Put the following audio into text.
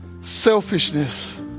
selfishness